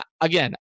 again